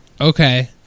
Okay